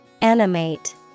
Animate